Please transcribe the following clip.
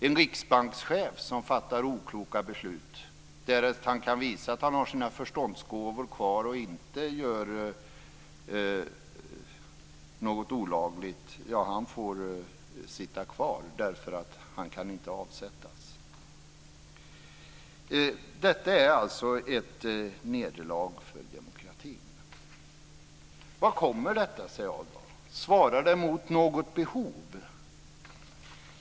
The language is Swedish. En riksbankschef som fattar okloka beslut får, därest han kan visa att han har sina förståndsgåvor kvar och inte gör något olagligt, sitta kvar därför att han inte kan avsättas. Detta är alltså ett nederlag för demokratin. Vad kommer detta sig av? Svarar det mot något behov?